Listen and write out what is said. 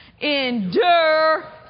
endure